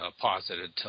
posited